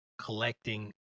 collecting